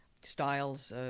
styles